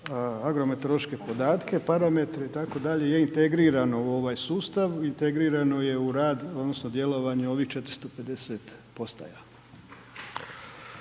agrometeorološke podatke, parametre itd. je integrirano u ovaj sustav, integrirano je u rad odnosno djelovanje ovih 450 postaja.